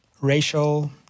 racial